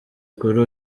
kuri